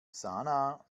sanaa